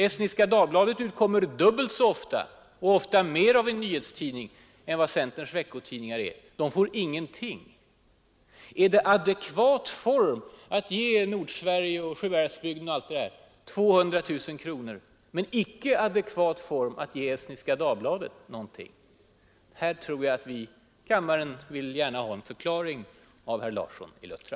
Estniska Dagbladet utkommer dubbelt så ofta och är ofta mer av en nyhetstidning än vad centerns veckotidningar är. Den får ingenting. Är det ”adekvat form” att ge Nord-Sverige och Sjuhäradsbygdens Tidning m.fl. 200 000 men icke adekvat form att ge Estniska Dagbladet något? Här tror jag att kammaren gärna vill ha en förklaring av herr Larsson i Luttra.